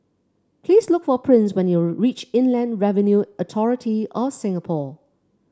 please look for Prince when you reach Inland Revenue Authority of Singapore